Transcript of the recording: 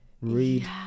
read